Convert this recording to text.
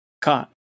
caught